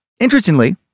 Interestingly